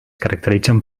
caracteritzen